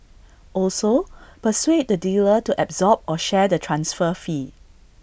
also persuade the dealer to absorb or share the transfer fee